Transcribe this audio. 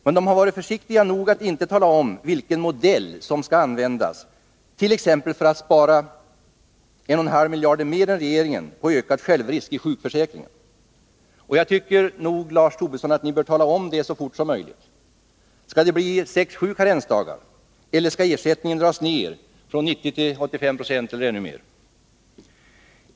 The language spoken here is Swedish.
Men de har varit försiktiga nog att inte tala om vilken modell som skall användas, t.ex. för att spara 1,5 miljarder mer än regeringen på ökad självrisk i sjukförsäkringen. Jag tycker nog, Lars Tobisson, att ni bör tala om detta så snart som möjligt. Skall det bli 6-7 karensdagar, eller skall ersättningen dras ned från 90 till 85 96 eller ännu mer?